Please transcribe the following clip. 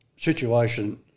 situation